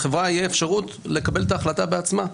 לחברה יהיה אפשרות לקבל את ההחלטה בעצמה,